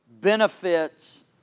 benefits